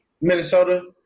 Minnesota